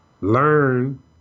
Learn